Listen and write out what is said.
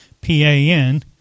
P-A-N